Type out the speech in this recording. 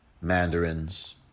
mandarins